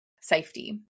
safety